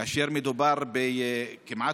כאשר מדובר כמעט,